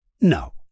No